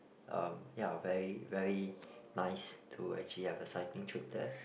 um ya very very nice to actually have a cycling trip there